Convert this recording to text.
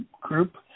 group